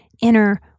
inner